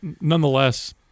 nonetheless